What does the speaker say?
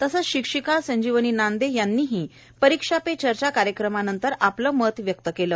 तसंच शिक्षिका संजिवणी नांदे यांनीही परीक्षा पे चर्चा कार्यक्रमानंतर आपलं मत व्यक्त केलं